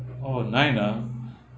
oh nine ah